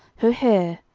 her hair,